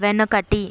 వెనుకటి